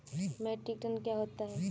Metric ton क्या होता है?